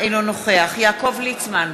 אינו נוכח יעקב ליצמן,